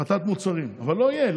הפחתת מוצרים, אבל לא יהיה.